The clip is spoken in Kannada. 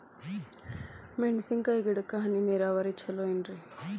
ಮೆಣಸಿನ ಗಿಡಕ್ಕ ಹನಿ ನೇರಾವರಿ ಛಲೋ ಏನ್ರಿ?